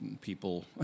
people